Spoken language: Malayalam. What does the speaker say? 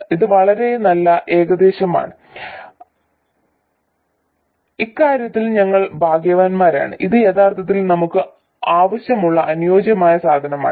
ഇത് വളരെ നല്ല ഏകദേശമാണ് ഇക്കാര്യത്തിൽ ഞങ്ങൾ ഭാഗ്യവാന്മാരാണ് ഇത് യഥാർത്ഥത്തിൽ നമുക്ക് ആവശ്യമുള്ള അനുയോജ്യമായ സാധനമാണ്